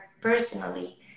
personally